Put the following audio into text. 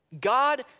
God